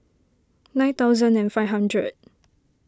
nine thousand and five hundred